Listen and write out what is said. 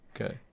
Okay